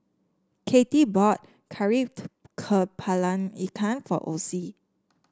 Katie bought kari kepala ikan for Ossie